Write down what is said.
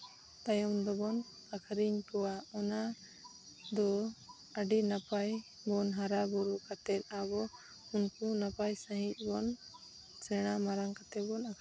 ᱛᱟᱭᱚᱢ ᱫᱚᱵᱚᱱ ᱟᱹᱠᱷᱨᱤᱧ ᱠᱚᱣᱟ ᱚᱱᱟ ᱫᱚ ᱟᱹᱰᱤ ᱱᱟᱯᱟᱭ ᱵᱚᱱ ᱦᱟᱨᱟᱼᱵᱩᱨᱩ ᱠᱟᱛᱮ ᱟᱵᱚ ᱩᱱᱠᱩ ᱱᱟᱯᱟᱭ ᱥᱟᱺᱦᱤᱡ ᱵᱚᱱ ᱥᱮᱬᱟ ᱢᱟᱨᱟᱝ ᱠᱟᱛᱮ ᱵᱚᱱ ᱟᱹᱠᱷᱨᱤᱧ